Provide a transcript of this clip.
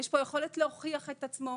יש פה יכולת להוכיח את עצמו,